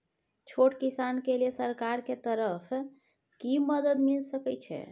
छोट किसान के लिए सरकार के तरफ कि मदद मिल सके छै?